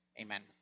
amen